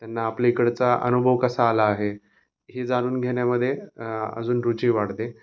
त्यांना आपल्या इकडचा अनुभव कसा आला आहे हे जाणून घेण्यामध्ये अजून रुची वाढते